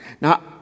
Now